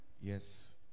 Yes